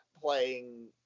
playing